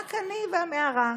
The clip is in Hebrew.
רק אני והמערה,